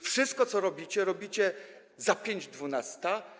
Wszystko, co robicie, robicie za pięć dwunasta.